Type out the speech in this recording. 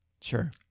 Sure